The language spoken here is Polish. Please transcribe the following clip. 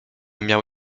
miał